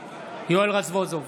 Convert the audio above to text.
יואל רזבוזוב,